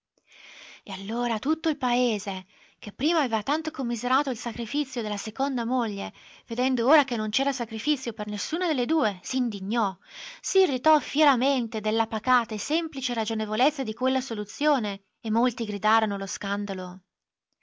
e allora tutto il paese che prima aveva tanto commiserato il sacrifizio della seconda moglie vedendo ora che non c'era sacrifizio per nessuna delle due s'indignò s'irritò fieramente della pacata e semplice ragionevolezza di quella soluzione e molti gridarono allo scandalo